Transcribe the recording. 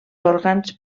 òrgans